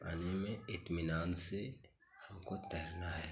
पानी में इत्मीनान से हमको तैरना है